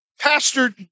Pastor